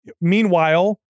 meanwhile